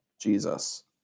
Jesus